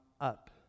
up